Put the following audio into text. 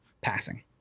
passing